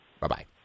Bye-bye